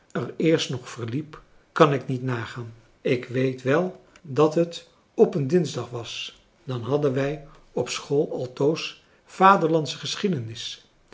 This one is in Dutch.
er eerst nog verliep kan ik niet nagaan ik weet wel dat het op een dinsdag was dan hadden wij op school altoos vaderlandsche geschiedenis